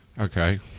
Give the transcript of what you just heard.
Okay